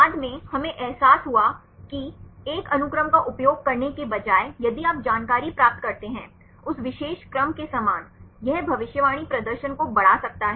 बाद में हमें एहसास हुआ कि एक अनुक्रम का उपयोग करने के बजाय यदि आप जानकारी प्राप्त करते हैं उस विशेष क्रम के समान यह भविष्यवाणी प्रदर्शन को बढ़ा सकता है